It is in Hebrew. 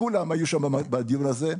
כולם היו שם בדיון הזה,